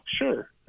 sure